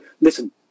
listen